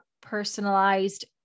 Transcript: personalized